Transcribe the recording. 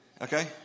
Okay